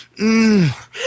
Mmm